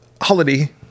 holiday